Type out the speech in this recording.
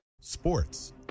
Sports